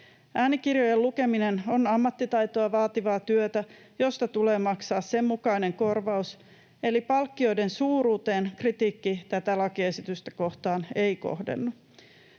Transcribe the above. Äänikirjojen lukeminen on ammattitaitoa vaativaa työtä, josta tulee maksaa sen mukainen korvaus, eli palkkioiden suuruuteen kritiikki tätä lakiesitystä kohtaan ei kohdennu.